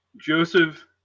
Joseph